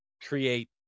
create